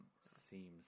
seems